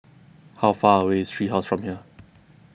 how far away is Tree House from here